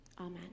Amen